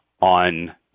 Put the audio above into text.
on